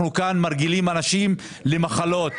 אנחנו כאן מרגילים אנשים למחלות,